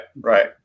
right